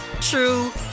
true